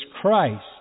Christ